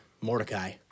Mordecai